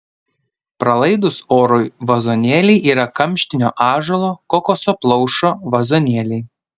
pralaidūs orui vazonėliai yra kamštinio ąžuolo kokoso plaušo vazonėliai